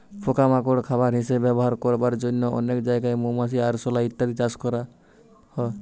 পোকা মাকড় খাবার হিসাবে ব্যবহার করবার জন্যে অনেক জাগায় মৌমাছি, আরশোলা ইত্যাদি চাষ করছে